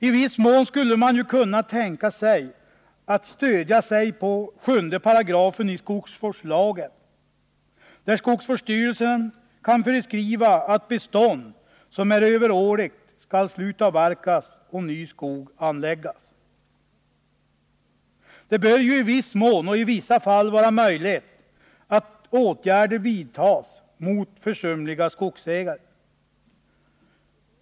I viss mån skulle man kunna tänka sig att stödja sig på 7 § skogsvårdslagen, enligt vilken skogsvårdsstyrelsen kan föreskriva att bestånd som är överårigt skall slutavverkas och ny skog anläggas. Det bör i viss mån och i vissa fall vara möjligt att vidta åtgärder mot försumliga skogsägare.